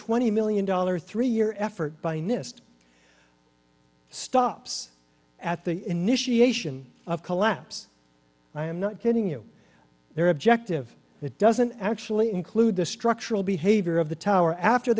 twenty million dollar three year effort by nist stops at the initiation of collapse i am not kidding you there are objective it doesn't actually include the structural behavior of the tower after